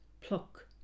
pluck